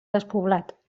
despoblat